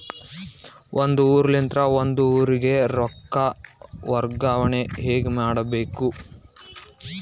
ಒಂದ್ ಊರಿಂದ ಇನ್ನೊಂದ ಊರಿಗೆ ರೊಕ್ಕಾ ಹೆಂಗ್ ವರ್ಗಾ ಮಾಡ್ಬೇಕು?